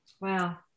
Wow